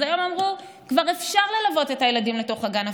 אז היום אמרו שכבר אפשר ללוות את הילדים לתוך הגן,